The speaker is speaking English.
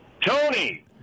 Tony